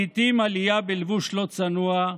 לעיתים עלייה בלבוש לא צנוע,